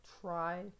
try